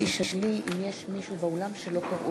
יש מישהו שלא קראו